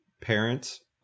parents